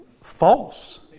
false